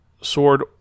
Sword